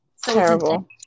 terrible